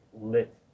lit